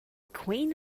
queen